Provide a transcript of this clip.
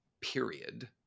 period